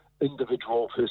individual